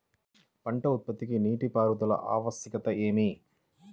పంట ఉత్పత్తికి నీటిపారుదల ఆవశ్యకత ఏమి?